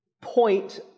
point